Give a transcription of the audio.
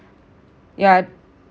yeah